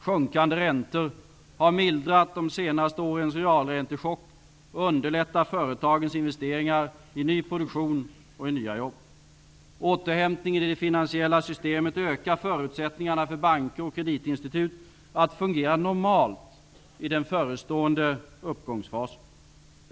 Sjunkande räntor har mildrat de senaste årens realräntechock och underlättar företagens investeringar i ny produktion och nya jobb. Återhämtningen i det finansiella systemet ökar förutsättningarna för banker och kreditinstitut att fungera normalt i den förestående uppgångsfasen.